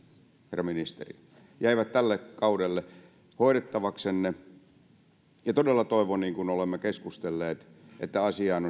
herra ministeri jäivät tälle kaudelle hoidettavaksenne ja todella toivon niin kuin olemme keskustelleet että asiaan